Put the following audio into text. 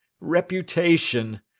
reputation